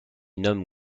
nomme